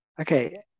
Okay